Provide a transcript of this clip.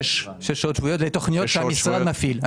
לתוכניות שהמשרד מפעיל,